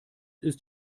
ist